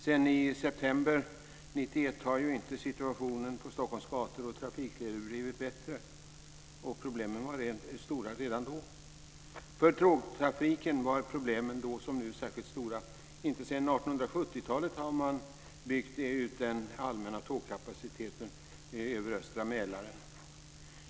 Sedan i september 1991 har ju inte situationen på Stockholms gator och trafikleder blivit bättre. Och problemen var stora redan då. För tågtrafiken var problemen då som nu särskilt stora. Inte sedan 1870 talet har man byggt ut den allmänna tågkapaciteten över östra Mälaren.